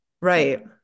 right